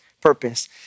purpose